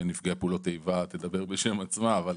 נפגעי פעולות האיבה תדבר בשם עצמה, אבל